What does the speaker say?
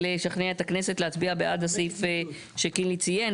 לשכנע את הכנסת להצביע בעד הסעיף שקינלי ציין,